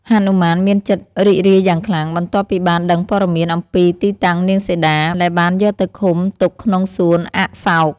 ហនុមានមានចិត្តរីករាយយ៉ាងខ្លាំង បន្ទាប់ពីបានដឹងព័ត៌មានអំពីទីតាំងនាងសីតា ដែលបានយកទៅឃុំទុកក្នុងសួនអសោក។